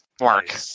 Mark